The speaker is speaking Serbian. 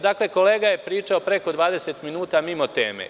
Dakle, kolega je pričao preko 20 minuta mimo teme.